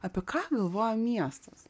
apie ką galvoja miestas